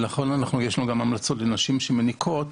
לכן, יש לנו גם המלצות לשנים שמניקות,